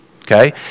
Okay